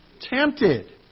Tempted